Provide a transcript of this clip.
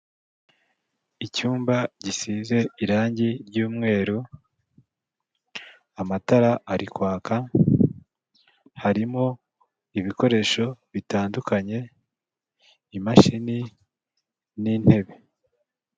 Icyumba gisize irangi ry'umweru amatara ari kwaka, harimo ibikoresho bitandukanye, imashini n'intebe.